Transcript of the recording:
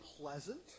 pleasant